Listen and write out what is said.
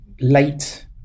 late